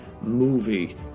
movie